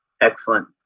Excellent